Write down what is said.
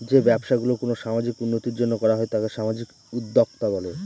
যে ব্যবসা গুলো কোনো সামাজিক উন্নতির জন্য করা হয় তাকে সামাজিক উদ্যক্তা বলে